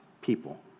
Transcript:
people